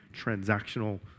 transactional